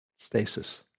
Stasis